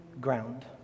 ground